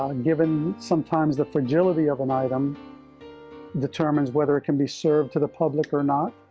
um and given sometimes the fragility of an item determines whether it can be served to the public or not.